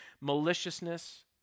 Maliciousness